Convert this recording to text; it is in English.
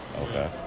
Okay